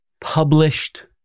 published